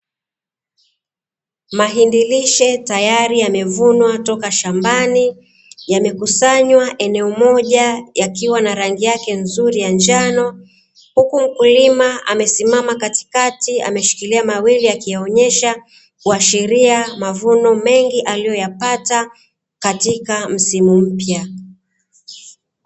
Mahindi lishe tayari yamevunwa toka shambani, yamekusanywa eneo moja yakiwa na rangi yake nzuri ya njano, huku mkulima amesimama katikati ameshikili mawili akiyaonyesha, kuashiria mavuno mengi aliyoyapata, katika msimu mpya.